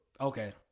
Okay